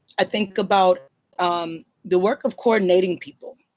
i think about um the work of coordinating people.